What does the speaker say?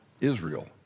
Israel